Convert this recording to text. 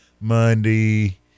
Monday